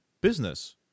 business